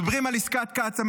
מדברים על עסקת קצא"א,